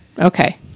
Okay